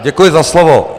Děkuji za slovo.